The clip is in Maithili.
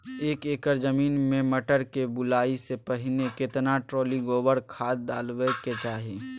एक एकर जमीन में मटर के बुआई स पहिले केतना ट्रॉली गोबर खाद डालबै के चाही?